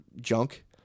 junk